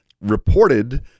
reported